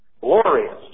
glorious